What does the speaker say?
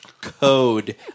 code